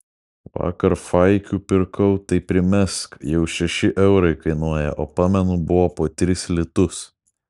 vakar faikių pirkau tai primesk jau šeši eurai kainuoja o pamenu buvo po tris litus